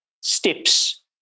steps